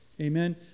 Amen